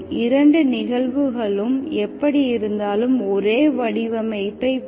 இரண்டு நிகழ்வுகளும் எப்படியிருந்தாலும் ஒரே வடிவமைப்பை பெரும்